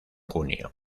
junio